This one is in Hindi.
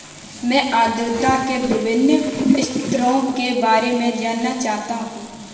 मैं आर्द्रता के विभिन्न स्तरों के बारे में जानना चाहता हूं